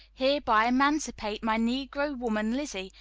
hereby emancipate my negro woman lizzie,